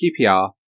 QPR